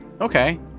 okay